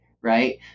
right